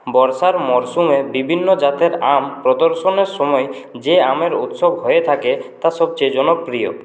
বর্ষার মরশুমে বিভিন্ন জাতের আম প্রদর্শনের সময় যে আমের উৎসব হয়ে থাকে তা সবচেয়ে জনপ্রিয়